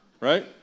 Right